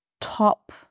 top